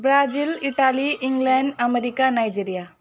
Brazil Italy England America Nigeria